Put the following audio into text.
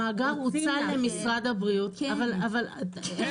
המאגר הוצע למשרד הבריאות, אבל --- כן.